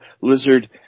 Lizard